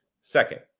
Second